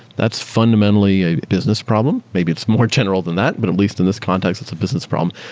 that's fundamentally a business problem. maybe it's more general than that, but at least in this context it's a business problem.